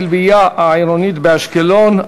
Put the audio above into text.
בנושא: הכלבייה העירונית באשקלון.